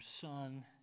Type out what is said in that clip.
Son